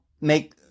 make